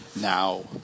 now